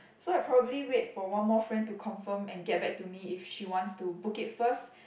so I probably wait for one more friend to confirm and get back to me if she wants to book it first